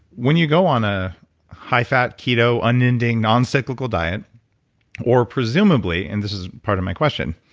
when you go on a high fat keto unending non-cyclical diet or presumably and this is part of my question.